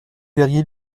verrier